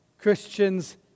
Christians